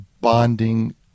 bonding